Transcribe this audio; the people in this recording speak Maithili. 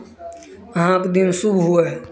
अहाँके दिन शुभ हुए